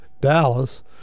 Dallas